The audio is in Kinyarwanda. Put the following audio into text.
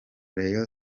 rayon